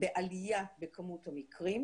בעלייה בכמות המקרים,